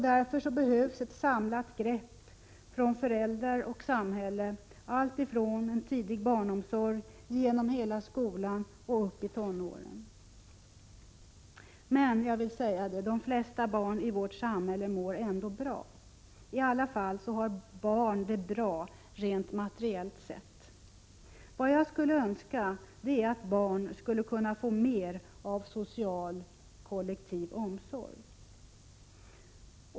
Därför behövs ett samlat grepp från föräldrar och samhälle alltifrån en tidig barnomsorg genom hela skolan och uppi tonåren. Men — jag vill säga det — de flesta barn i vårt samhälle mår ändå bra. I alla fall har barn det bra rent materiellt sett. Vad jag skulle önska är att barn skulle kunna få mer av social kollektiv omsorg.